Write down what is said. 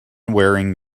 wearing